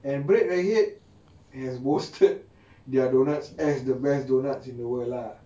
and break your head has boosted their donuts as the best donuts in the world lah